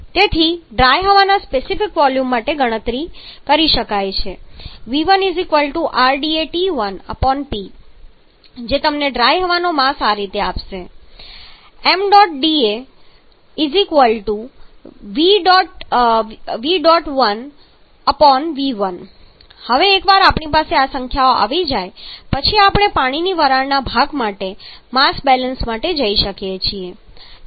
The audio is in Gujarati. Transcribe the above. તેથી ડ્રાય હવાના સ્પેસિફિક વોલ્યુમ માટે ગણતરી કરી શકાય છે v1RdaT1P જે તમને ડ્રાય હવાનો માસ આ રીતે આપશે ṁdaV1̇v1 હવે એકવાર આપણી પાસે આ સંખ્યાઓ આવી જાય પછી આપણે પાણીની વરાળના ભાગ માટે માસ બેલેન્સ માટે જઈ શકીએ છીએ